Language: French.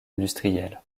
industriel